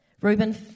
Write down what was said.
Reuben